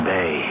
Bay